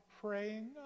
praying